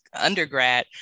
undergrad